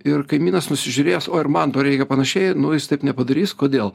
ir kaimynas nusižiūrėjęs o ir man to reikia panašiai nu jis taip nepadarys kodėl